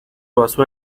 basó